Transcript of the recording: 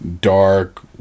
dark